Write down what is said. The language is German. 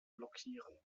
blockieren